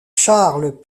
charles